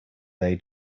they